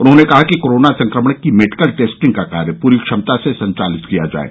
उन्होंने कहा कि कोरोना संक्रमण की मेडिकल टेस्टिंग का कार्य पूरी क्षमता से संचालित किया जाये